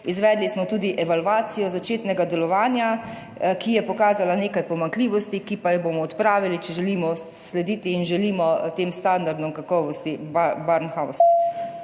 Izvedli smo tudi evalvacijo začetnega delovanja, ki je pokazala nekaj pomanjkljivosti, ki pa jih bomo odpravili, če želimo slediti tem standardom kakovosti Barnahus.